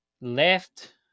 left